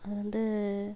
வந்து